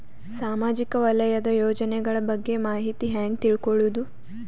ಸಾಮಾಜಿಕ ವಲಯದ ಯೋಜನೆಗಳ ಬಗ್ಗೆ ಮಾಹಿತಿ ಹ್ಯಾಂಗ ತಿಳ್ಕೊಳ್ಳುದು?